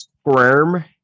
squirm